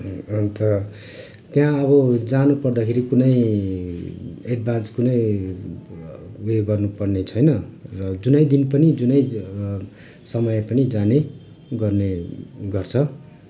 अन्त त्यहाँ अब जानुपर्दाखेरि कुनै एड्भान्स कुनै उयो गर्नुपर्ने छैन र जुनै दिन पनि जुनै समय पनि जाने गर्ने गर्छ